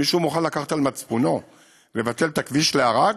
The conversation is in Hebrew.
מישהו מוכן לקחת על מצפונו לבטל את הכביש לערד,